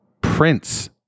Prince